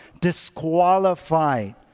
Disqualified